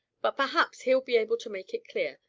but perhaps he'll be able to make it clear.